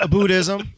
Buddhism